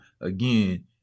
again